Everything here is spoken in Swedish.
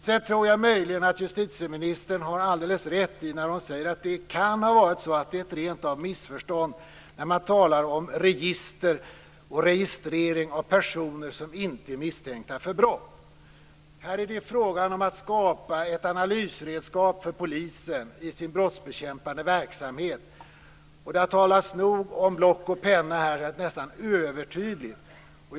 Jag tror möjligen att justitieministern har alldeles rätt när hon säger att det kan ha varit så att det är ett rent missförstånd när man talar om register och registrering av personer som inte är misstänkta för brott. Här är det fråga om att skapa ett analysredskap för polisen i dess brottsbekämpande verksamhet. Det har talats nog om block och penna här. Det har varit nästan övertydligt.